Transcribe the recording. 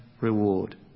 reward